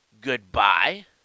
goodbye